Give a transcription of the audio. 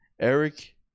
Eric